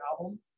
album